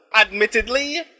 admittedly